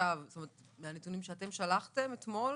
שלחתם אתמול